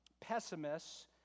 pessimists